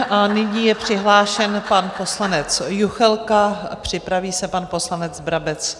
A nyní je přihlášen pan poslanec Juchelka, připraví se pan poslanec Brabec.